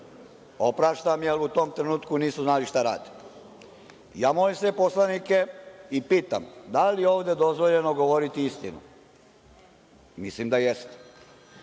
Opraštam, jer u tom trenutku nisu znali šta rade. Ja moram sve poslanike i pitam – da li je ovde dozvoljeno govoriti istinu? Mislim da jeste.